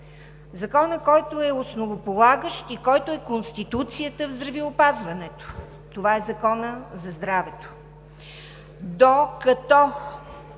Законът, който е основополагащ и който е конституцията в здравеопазването, това е Законът за здравето.